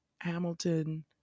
Hamilton